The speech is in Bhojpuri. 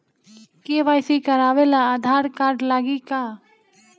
के.वाइ.सी करावे ला आधार कार्ड लागी का?